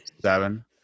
Seven